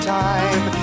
time